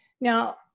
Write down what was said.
Now